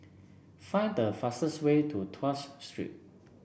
find the fastest way to Tuas Street